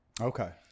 Okay